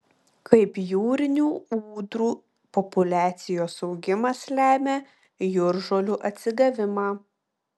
kaip jūrinių ūdrų populiacijos augimas lemia jūržolių atsigavimą